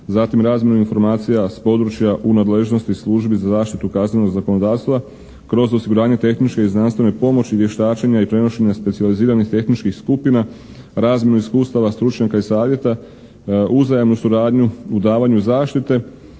zatim razmjenu informacija s područja u nadležnosti službi za zaštitu kaznenog zakonodavstva, kroz osiguranje tehničke i znanstvene pomoći, vještačenja i prenošenja specijaliziranih tehničkih skupina, razmjenu iskustava stručnjaka i savjeta, uzajamnu suradnju u davanju zaštite